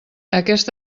aquest